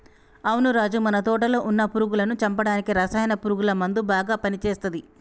అవును రాజు మన తోటలో వున్న పురుగులను చంపడానికి రసాయన పురుగుల మందు బాగా పని చేస్తది